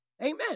Amen